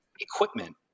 equipment